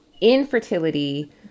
infertility